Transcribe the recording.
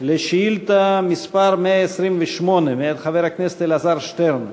לדוכן כדי להשיב על שאילתה מס' 128 מאת חבר הכנסת אלעזר שטרן.